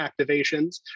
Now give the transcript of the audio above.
activations